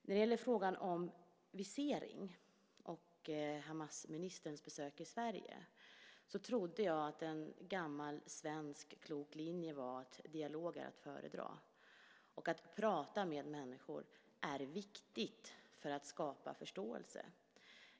När det gäller frågan om visering och Hamasministerns besök i Sverige trodde jag att en gammal svensk, klok linje var att dialog är att föredra och att det är viktigt att prata med människor för att skapa förståelse.